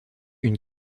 une